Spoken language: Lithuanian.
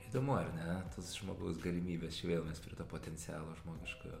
įdomu ar ne tos žmogaus galimybės čia vėl mes prie to potencialo žmogiškojo